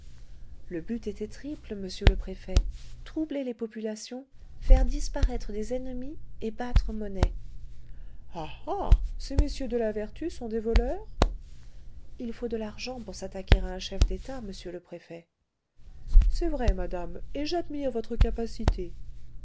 le but était triple monsieur le préfet troubler les populations faire disparaître des ennemis et battre monnaie ah ah ces messieurs de la vertu sont des voleurs il faut de l'argent pour s'attaquer à un chef d'etat monsieur le préfet c'est vrai madame et j'admire votre capacité